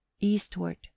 eastward